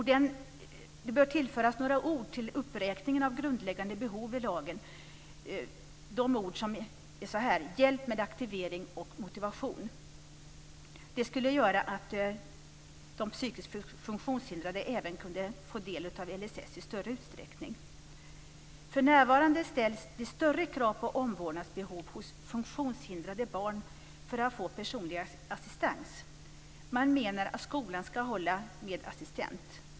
Det bör i lagen tillföras några ord i uppräkningen av grundläggande behov, nämligen: hjälp med aktivering och motivation. Detta skulle göra att de psykiskt funktionshindrade i större utsträckning även kunde få del av LSS. För närvarande ställs det större krav på omvårdnadsbehov när det gäller funktionshindrade barn för att få personlig assistans. Man menar att skolan ska hålla med assistent.